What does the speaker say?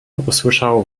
usłyszał